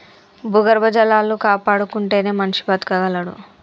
భూగర్భ జలాలు కాపాడుకుంటేనే మనిషి బతకగలడు